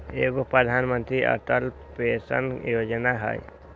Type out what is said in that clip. एगो प्रधानमंत्री अटल पेंसन योजना है?